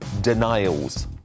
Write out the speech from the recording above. denials